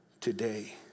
today